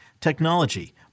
technology